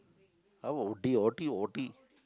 I will Audi Audi Audi